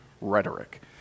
rhetoric